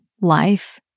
life